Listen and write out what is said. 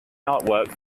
artwork